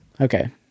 Okay